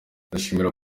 ndashimira